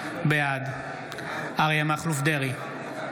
בעד אריה מכלוף דרעי,